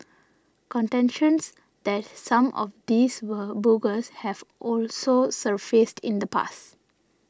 contentions that some of these were bogus have also surfaced in the past